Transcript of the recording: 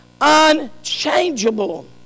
unchangeable